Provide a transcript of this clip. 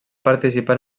participar